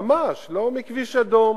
ממש, לא מכביש אדום